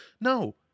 no